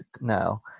now